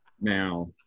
Now